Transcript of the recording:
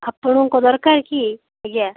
ଆପଣଙ୍କୁ ଦରକାର କି ଆଜ୍ଞା